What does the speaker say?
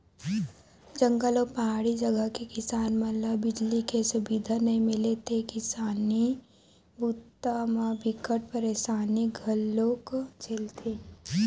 जंगल अउ पहाड़ी जघा के किसान मन ल बिजली के सुबिधा नइ मिले ले किसानी बूता म बिकट परसानी घलोक झेलथे